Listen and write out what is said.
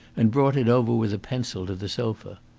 and brought it over with a pencil to the sofa.